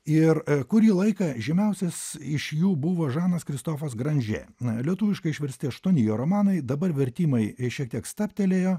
ir kurį laiką žymiausias iš jų buvo žanas kristofas granžė lietuviškai išversti aštuoni jo romanai dabar vertimai šiek tiek stabtelėjo